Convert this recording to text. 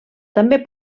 també